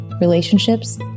relationships